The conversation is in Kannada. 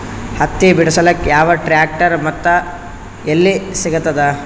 ಹತ್ತಿ ಬಿಡಸಕ್ ಯಾವ ಟ್ರ್ಯಾಕ್ಟರ್ ಮತ್ತು ಎಲ್ಲಿ ಸಿಗತದ?